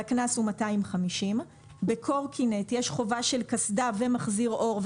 והקנס הוא 250; בקורקינט יש חובה של קסדה ומחזיר אור,